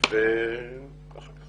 ואחר כך